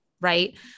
right